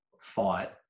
fought